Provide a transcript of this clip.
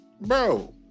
Bro